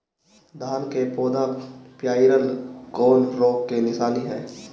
धान के पौधा पियराईल कौन रोग के निशानि ह?